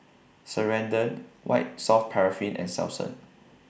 Ceradan White Soft Paraffin and Selsun